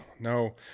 no